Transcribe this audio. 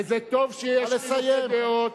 וזה טוב שיש חילוקי דעות.